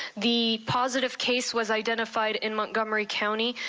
the positive case was identified in montgomery county,